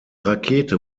rakete